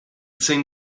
seen